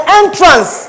entrance